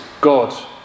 God